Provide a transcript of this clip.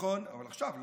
נכון, אבל עכשיו לא.